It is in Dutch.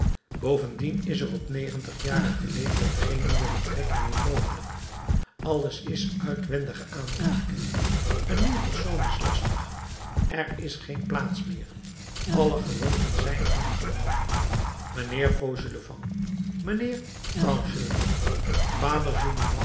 bovendien is er op negentigjarigen leeftijd geen nieuwe betrekking meer mogelijk alles is uitwendige aanraking een nieuwe persoon is lastig er is geen plaats meer alle gewoonten zijn aangenomen mijnheer fauchelevent mijnheer tranchelevent vader